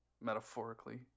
metaphorically